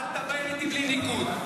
אל תדבר איתי בלי ניקוד.